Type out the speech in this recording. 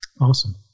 Awesome